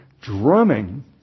drumming